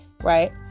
right